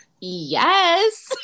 yes